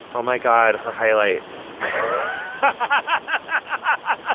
oh, my god, her highlights and